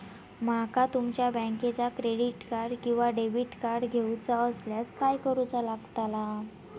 माका तुमच्या बँकेचा क्रेडिट कार्ड किंवा डेबिट कार्ड घेऊचा असल्यास काय करूचा लागताला?